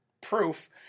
proof